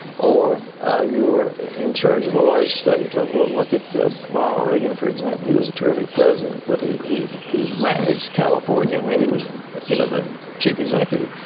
or you were in charge of a large state. look look at ronald reagan, for example. he was a terrific president but he he managed california. um and he was you know the chief executive.